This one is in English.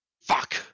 fuck